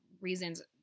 reasons